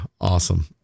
awesome